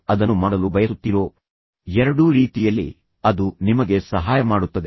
ಆದ್ದರಿಂದ ನೀವು ಹೋರಾಡಲು ಬಯಸುತ್ತೀರೋ ಅಥವಾ ಓಡಿಹೋಗಲು ಬಯಸುತ್ತೀರೋ ಎರಡೂ ರೀತಿಯಲ್ಲಿ ಅದು ನಿಮಗೆ ಸಹಾಯ ಮಾಡುತ್ತದೆ